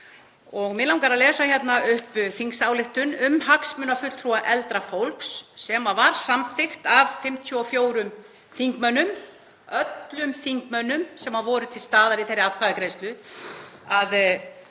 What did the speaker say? og mig langar að lesa hér upp þingsályktun um hagsmunafulltrúa eldra fólks sem var samþykkt af 54 þingmönnum, öllum þingmönnum sem voru til staðar í þeirri atkvæðagreiðslu, að